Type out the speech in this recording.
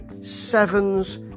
Sevens